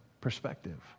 perspective